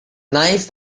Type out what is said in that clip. knife